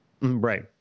Right